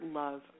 love